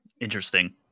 Interesting